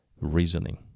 reasoning